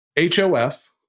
HOF